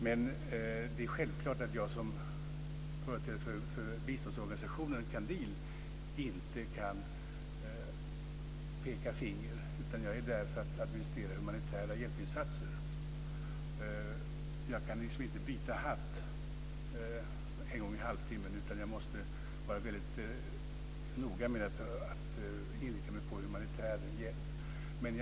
Men det är självklart att jag som företrädare för biståndsorganisationen Qandil inte kan peka finger. Jag är där för att administrera humanitära hjälpinsatser. Jag kan inte byta hatt en gång i halvtimmen, utan jag måste vara väldigt noga med att inrikta mig på humanitär hjälp.